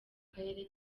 karere